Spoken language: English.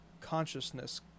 consciousness